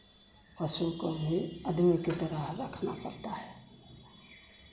पशु को भी आदमी की तरह रखना पड़ता है